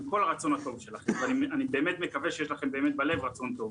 עם כל הרצון הטוב שלכם ואני באמת מקווה שיש לכם בלב רצון טוב.